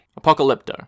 Apocalypto